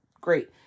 Great